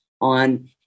on